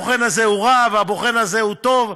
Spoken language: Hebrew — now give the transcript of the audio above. הבוחן הזה הוא רע והבוחן הזה הוא טוב,